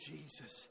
Jesus